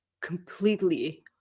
completely